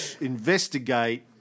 investigate